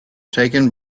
taken